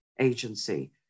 agency